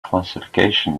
classification